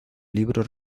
libros